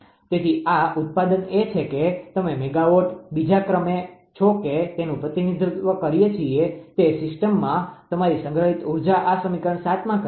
તેથી આ ઉત્પાદન એ છે કે તમે મેગાવાટ બીજા ક્રમે છો કે જેનું પ્રતિનિધિત્વ કરીએ છીએ તે સિસ્ટમમાં તમારી સંગ્રહિત ઉર્જા આ સમીકરણ 7 માં કહે છે